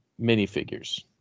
minifigures